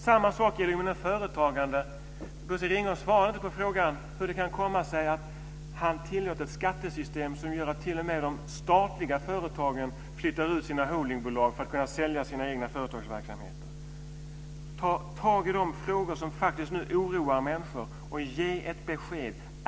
Samma sak gäller företagande. Bosse Ringholm svarade inte på frågan hur det kan komma sig att han tillåter ett skattesystem som gör att t.o.m. de statliga företagen flyttar ut sina holdingbolag för att kunna sälja sina egna företagsverksamheter. Ta tag i de frågor som faktiskt oroar människor och ge ett besked!